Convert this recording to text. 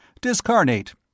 Discarnate